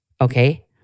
okay